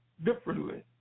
differently